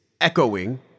echoing